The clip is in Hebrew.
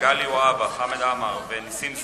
מגלי והבה, חמד עמאר ונסים זאב,